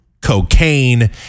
cocaine